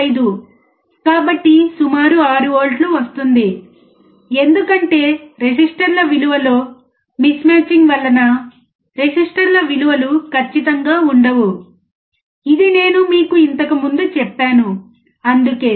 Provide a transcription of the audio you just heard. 5 కాబట్టి సుమారు 6 వోల్ట్ వస్తుంది ఎందుకంటే రెసిస్టర్ల విలువ లో మిస్మ్యాచింగ్ వలన రెసిస్టర్ల విలువలు కచ్చితంగా ఉండవు ఇది నేను మీకు ఇంతక ముందు చెప్పాను అందుకే